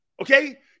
Okay